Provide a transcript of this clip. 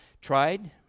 tried